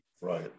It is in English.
Right